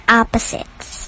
opposites